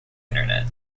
internet